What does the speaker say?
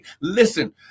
listen